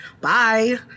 bye